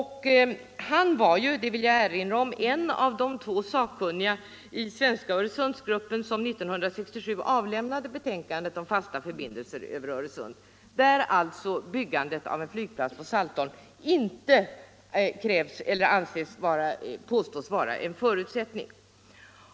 Han var — det vill jag erinra om — en av de två sakkunniga i svenska Öresundsgruppen som 1967 avlämnade betänkandet om fasta förbindelser över Öresund, där alltså byggandet av en flygplats på Saltholm inte påstås vara en förutsättning.